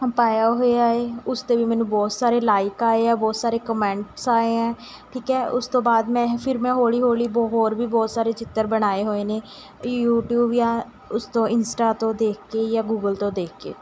ਪਾਇਆ ਹੋਇਆ ਹੈ ਉਸ 'ਤੇ ਵੀ ਮੈਨੂੰ ਬਹੁਤ ਸਾਰੇ ਲਾਇਕ ਆਏ ਆ ਬਹੁਤ ਸਾਰੇ ਕਮੈਂਟਸ ਆਏ ਹੈ ਠੀਕ ਹੈ ਉਸ ਤੋਂ ਬਾਅਦ ਮੈਂ ਫਿਰ ਮੈਂ ਹੌਲ਼ੀ ਹੌਲ਼ੀ ਬ ਹੋਰ ਵੀ ਬਹੁਤ ਸਾਰੇ ਚਿੱਤਰ ਬਣਾਏ ਹੋਏ ਨੇ ਯੂਟਿਊਬ ਜਾਂ ਉਸ ਤੋਂ ਇੰਸਟਾ ਤੋਂ ਦੇਖ ਕੇ ਜਾਂ ਗੂਗਲ ਤੋਂ ਦੇਖ ਕੇ